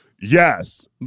yes